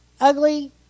ugly